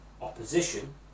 opposition